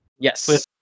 Yes